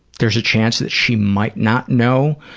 there's a chance that she might not know